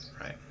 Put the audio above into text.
Right